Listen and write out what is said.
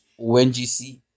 ONGC